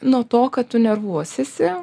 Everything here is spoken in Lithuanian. nuo to kad tu nervuosiesi